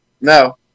No